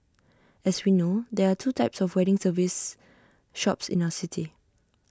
as we know there are two types of wedding service shops in our city